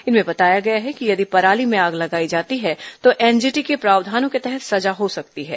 इसमें बताया गया है कि यदि पराली में आग लगाई जाती है तो एनजीटी के प्रावधानों के तहत सजा हो सकती है